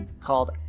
called